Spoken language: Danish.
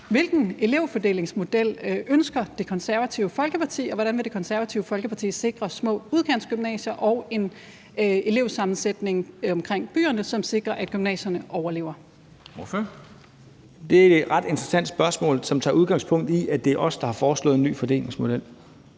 Hvilken elevfordelingsmodel ønsker Det Konservative Folkeparti, og hvordan vil Det Konservative Folkeparti sikre små udkantsgymnasier og en elevsammensætning omkring byerne, så gymnasierne overlever? Kl. 16:00 Formanden : Ordføreren. Kl. 16:00 Søren Pape Poulsen (KF) : Det er et ret interessant spørgsmål, som tager udgangspunkt i, at det er os, der har foreslået en ny fordelingsmodel.